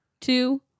two